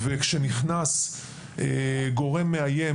וכשנכנס גורם מאיים,